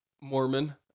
mormon